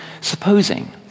Supposing